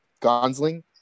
Gonsling